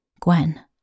Gwen